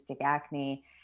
acne